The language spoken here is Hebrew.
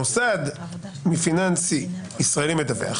מוסד פיננסי ישראל מדווח,